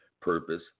purpose